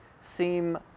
seem